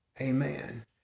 Amen